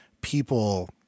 people